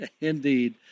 Indeed